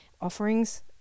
offerings